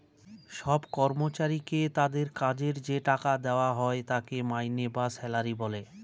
সব কর্মচারীকে তাদের কাজের যে টাকা দেওয়া হয় তাকে মাইনে বা স্যালারি বলে